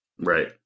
Right